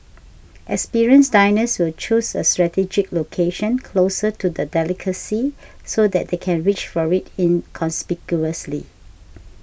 experienced diners will choose a strategic location closer to the delicacy so that they can reach for it inconspicuously